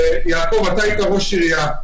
יעקב אשר, אתה היית ראש עירייה.